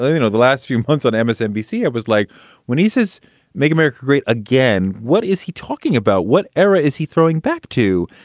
ah you know, the last few months on msnbc, it was like when he says make america great again. what is he talking about? what era is he throwing back to?